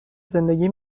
زندگی